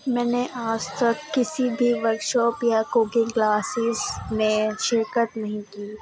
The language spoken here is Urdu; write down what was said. میں نے آج تک کسی بھی ورک شاپ یا کوکنگ کلاسز میں شرکت نہیں کی